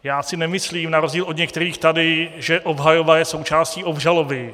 Já si nemyslím, na rozdíl od některých tady, že obhajoba je součástí obžaloby.